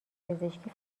پزشکی